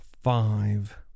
five